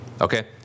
okay